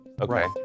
Okay